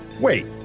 Wait